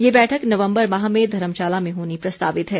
ये बैठक नवम्बर माह में धर्मशाला में होनी प्रस्तावित है